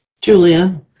Julia